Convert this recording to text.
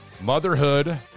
motherhood